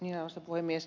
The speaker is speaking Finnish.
arvoisa puhemies